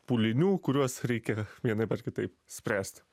pūlinių kuriuos reikia vienaip ar kitaip spręst